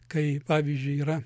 kai pavyzdžiui yra